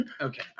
Okay